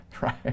right